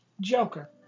Joker